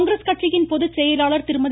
காங்கிரஸ் கட்சியின் பொதுச்செயலாளர் திருமதி